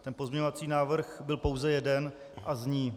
Ten pozměňovací návrh byl pouze jeden a zní: